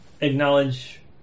acknowledge